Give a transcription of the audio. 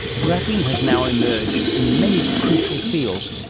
graphene has now emerged in many crucial fields,